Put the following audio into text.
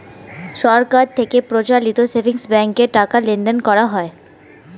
সরকার থেকে পরিচালিত সেভিংস ব্যাঙ্কে টাকা লেনদেন করা হয়